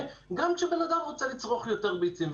גם כשבן-אדם רוצה לצרוך יותר ביצים,